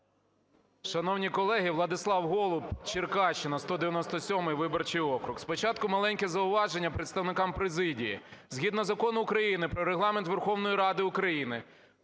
Шановні колеги! Владислав Голуб, Черкащина, 197 виборчий округ. Спочатку маленьке зауваження представникам президії. Згідно Закону України "Про Регламент Верховної Ради України"